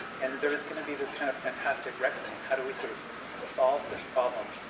and there was going to be this kind of fantastic reckoning. how do we sort of solve this problem?